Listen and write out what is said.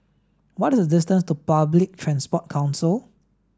what is the distance to Public Transport Council